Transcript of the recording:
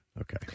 Okay